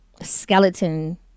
skeleton